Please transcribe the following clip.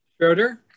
Schroeder